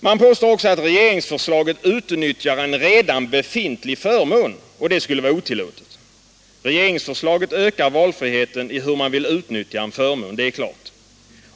Man påstår också att regeringsförslaget utnyttjar ”en redan befintlig förmån”, och det skulle vara otillåtet. Regeringsförslaget ökar valfriheten beträffande hur man vill utnyttja en förmån, det är klart.